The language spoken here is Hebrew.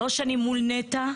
שלוש שנים מול נת"ע,